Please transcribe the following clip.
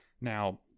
Now